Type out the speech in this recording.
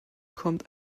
kommt